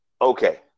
Okay